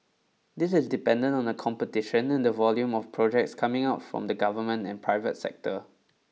this is dependent on the competition and the volume of projects coming out from the government and private sector